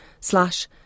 slash